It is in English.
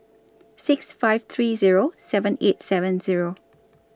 six five three Zero seven eight seven Zero